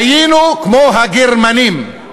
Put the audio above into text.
היינו כמו הגרמנים.